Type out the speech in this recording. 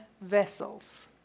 vessels